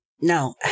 No